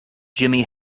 jimi